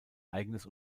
eigenes